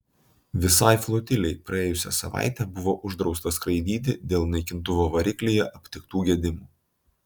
visai flotilei praėjusią savaitę buvo uždrausta skraidyti dėl naikintuvo variklyje aptiktų gedimų